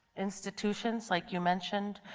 institutions, like you mentioned.